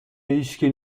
هیشکی